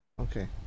Okay